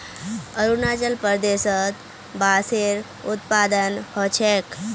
अरुणाचल प्रदेशत बांसेर उत्पादन ह छेक